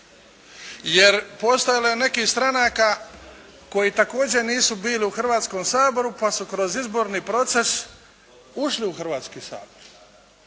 jer postojalo je nekih stranaka koji također nisu bili u Hrvatskom saboru pa su kroz izborni proces ušli u Hrvatski sabor.